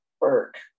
work